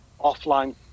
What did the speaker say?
offline